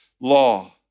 law